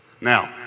Now